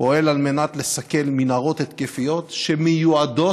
פועל על מנת לסכל מנהרות התקפיות שמיועדות